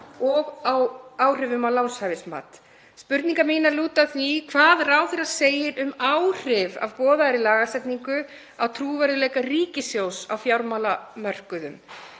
og á áhrifum á lánshæfismat. Spurningar mínar lúta að því hvað ráðherra segir um áhrif af boðaðri lagasetningu á trúverðugleika ríkissjóðs á fjármálamörkuðum.